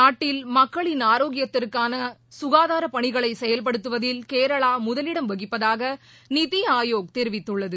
நாட்டில் மக்களின் ஆரோக்கியத்திற்கான சுகாதாரப் பணிகளை செயல்படுத்துவதில் கேரளா முதலிடம் வகிப்பதாக நித்தி ஆயோக் தெரிவித்துள்ளது